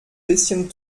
bisschen